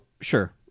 sure